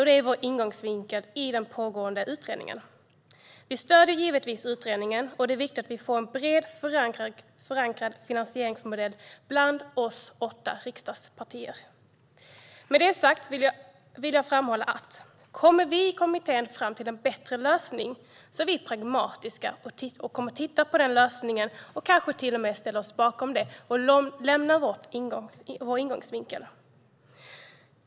Det är vår ingångsvinkel i den pågående utredningen. Vi stöder givetvis utredningen, och det är viktigt att vi får en finansieringsmodell som är brett förankrad bland oss åtta riksdagspartier. Med det sagt vill jag framhålla att om kommittén kommer fram till ett förslag på bättre lösning är Sverigedemokraterna pragmatiska och kommer att titta på det förslaget. Vi kanske till och med ställer oss bakom det och lämnar vår ingångsvinkel.